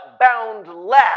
boundless